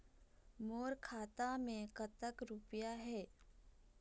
मोर खाता मैं कतक रुपया हे?